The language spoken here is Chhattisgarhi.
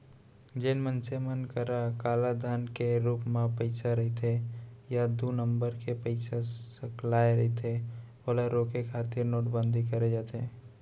जेन मनसे मन करा कालाधन के रुप म पइसा रहिथे या दू नंबर के पइसा सकलाय रहिथे ओला रोके खातिर नोटबंदी करे जाथे